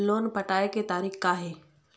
Loan पटाए के तारीख़ का हे?